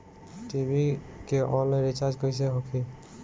TV के online recharge कैसे होखी?